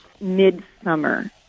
mid-summer